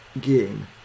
game